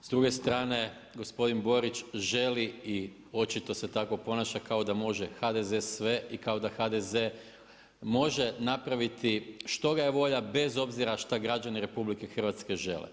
S druge strane gospodin Borić želi i očito se tako ponaša kao da može HDZ sve i kao da HDZ može napraviti što ga je volja bez obzira šta građani RH žele.